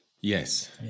Yes